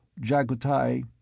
Jagutai